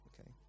okay